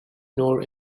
nor